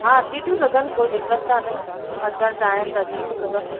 हा अची थियूं सघनि कोई दिकत कोन्हे अचनि चाहिन त अची थियूं सघनि